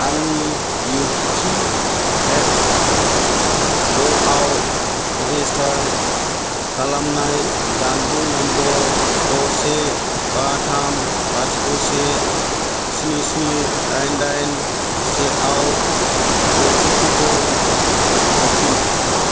आंनि इउपिएफअ आव रेजिस्टार खालामनाय जानबुं नम्बर द' से बा थाम लाथिख' से स्नि स्नि दाइन दाइन से आव अटिपि खौ हरफिन